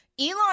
Elon